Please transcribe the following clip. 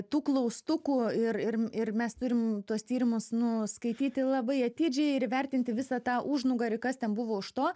tų klaustukų ir ir ir mes turim tuos tyrimus nu skaityti labai atidžiai ir įvertinti visą tą užnugarį kas ten buvo už to